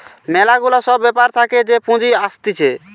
ম্যালা গুলা সব ব্যাপার থাকে যে পুঁজি আসতিছে